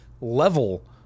level